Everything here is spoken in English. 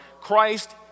Christ